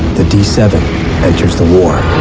the d seven enters the war!